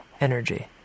energy